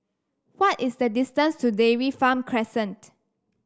why is the distance to Dairy Farm Crescent